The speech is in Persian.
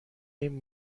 این